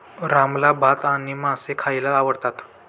रामला भात आणि मासे खायला आवडतात